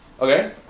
Okay